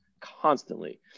constantly